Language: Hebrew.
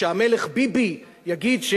שהמלך ביבי יגיד,